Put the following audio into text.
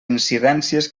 incidències